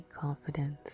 confidence